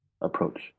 approach